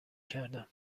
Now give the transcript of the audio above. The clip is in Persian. کردم